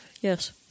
Yes